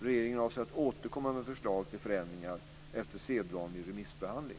Regeringen avser att återkomma med förslag till förändringar efter sedvanlig remissbehandling.